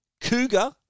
Cougar